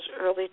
early